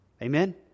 Amen